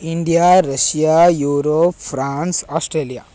India Russia Europe France Australia